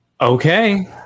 Okay